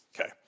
Okay